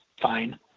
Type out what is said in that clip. fine